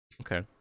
Okay